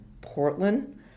Portland